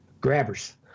grabbers